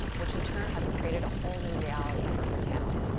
which in turn has created a whole new reality for her town.